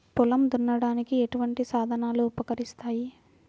పొలం దున్నడానికి ఎటువంటి సాధనాలు ఉపకరిస్తాయి?